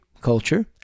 culture